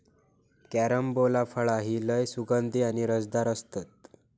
carambola फळा ही लय सुगंधी आणि रसदार असतत